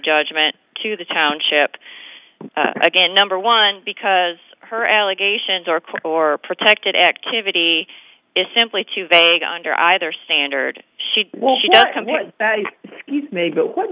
judgment to the township again number one because her allegations or protected activity is simply too vague under either standard she will just come to me but what